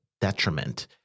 detriment